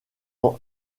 ans